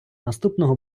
наступного